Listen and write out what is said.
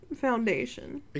foundation